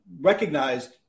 recognized